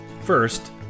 First